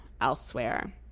elsewhere